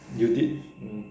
you did mm